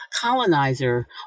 colonizer